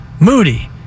Moody